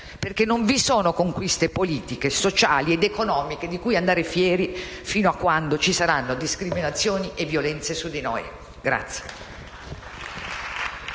perché non vi sono conquiste politiche, sociali ed economiche di cui andare fieri, fino a quando ci saranno discriminazioni e violenze su di noi.